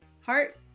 heart